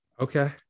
Okay